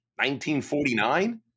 1949